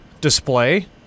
display